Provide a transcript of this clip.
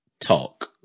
Talk